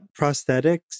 prosthetics